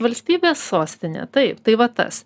valstybės sostinė taip tai va tas